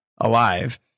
alive